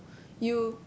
you